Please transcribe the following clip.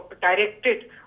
directed